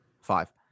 Five